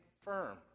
firm